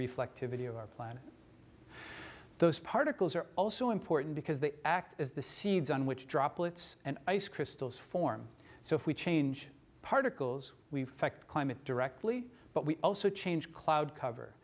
reflectivity of our planet those particles are also important because they act as the seeds on which droplets and ice crystals form so if we change particles we climate directly but we also change cloud cover